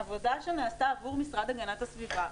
העבודה שנעשתה עבור המשרד להגנת הסביבה,